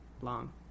long